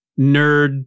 nerd